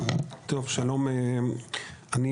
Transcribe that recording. שלום, שמי רם וילנאי.